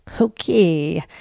Okay